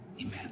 Amen